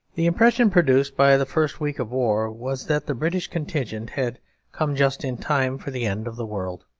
the impression produced by the first week of war was that the british contingent had come just in time for the end of the world.